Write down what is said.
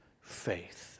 faith